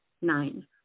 nine